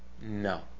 No